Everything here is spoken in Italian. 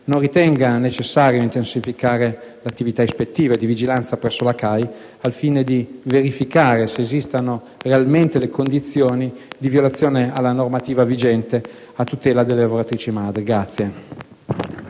non ritenga necessario intensificare l'attività ispettiva di vigilanza presso la CAI, al fine di accertare se esistano realmente le condizioni di violazione della normativa vigente a tutela delle lavoratrici madri.